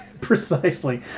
Precisely